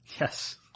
Yes